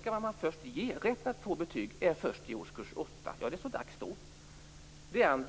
Skolorna har rätt att ge betyg först i årskurs 8 - det är så dags då! När